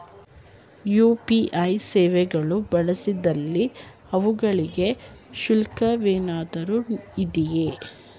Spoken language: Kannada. ಯು.ಪಿ.ಐ ಸೇವೆಗಳು ಬಳಸಿದಲ್ಲಿ ಅವುಗಳಿಗೆ ಶುಲ್ಕವೇನಾದರೂ ಇದೆಯೇ?